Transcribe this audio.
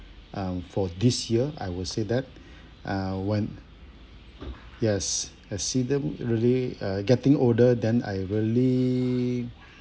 uh for this year I will say that uh when yes I see them really uh getting older then I really